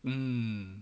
mmhmm